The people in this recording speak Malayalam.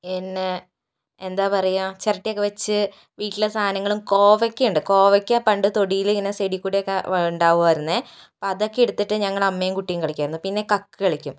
പിന്നെ എന്താ പറയുക ചിരട്ടയൊക്കെ വെച്ച് വീട്ടിലെ സാധനങ്ങളും കോവയ്ക്കയുണ്ട് കോവയ്ക്ക പണ്ട് തൊടിയിലിങ്ങനെ സൈഡിൽക്കൂടെയൊക്കെ ഉണ്ടാവുമായിരുന്നു അപ്പോൾ അതൊക്കെ എടുത്തിട്ട് ഞങ്ങള് അമ്മയും കുട്ടിയും കളിക്കുമായിരുന്നു പിന്നെ കക്ക് കളിക്കും